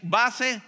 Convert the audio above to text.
base